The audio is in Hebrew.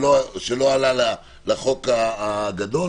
שלא עלה לחוק הגדול,